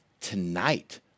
Tonight